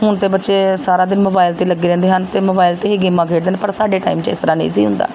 ਹੁਣ ਤਾਂ ਬੱਚੇ ਸਾਰਾ ਦਿਨ ਮੋਬਾਈਲ 'ਤੇ ਹੀ ਲੱਗੇ ਰਹਿੰਦੇ ਹਨ ਅਤੇ ਮੋਬਾਇਲ 'ਤੇ ਹੀ ਗੇਮਾਂ ਖੇਡਦੇ ਹਨ ਪਰ ਸਾਡੇ ਟਾਈਮ 'ਚ ਇਸ ਤਰ੍ਹਾਂ ਨਹੀਂ ਸੀ ਹੁੰਦਾ